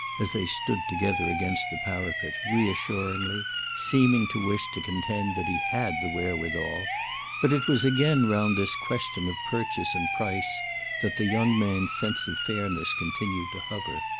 as they stood together against the parapet, reassuringly seeming to wish to contend that he had the wherewithal but it was again round this question of purchase and price that the young man's sense of fairness continued to hover.